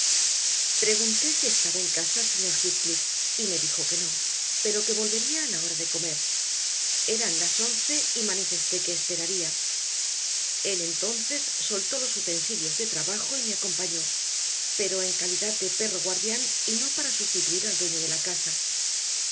pregunté si estaba en casa el señor heathcliff y me dijo que no pero que volvería a la hora de comer eran las once y manifesté que le esperaría él entonces soltó los utensilios de trabajo y me acompañó pero en calidad de perro guardián y no para sustituir al dueño de la casa